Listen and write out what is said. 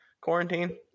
quarantine